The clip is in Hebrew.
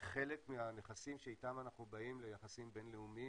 כחלק מהנכסים שאיתם אנחנו באים ליחסים בינלאומיים.